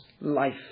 life